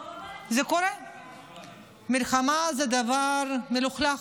בפעם הקודמת שדיברתי,